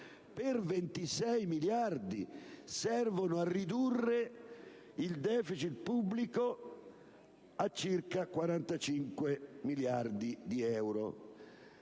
Per 26 miliardi servono a ridurre il deficit pubblico a circa 45 miliardi di euro.